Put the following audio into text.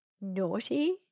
Naughty